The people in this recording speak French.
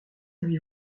lui